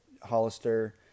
Hollister